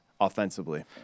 offensively